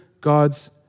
God's